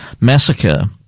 massacre